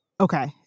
Okay